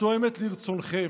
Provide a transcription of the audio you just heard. התואמת את רצונכם.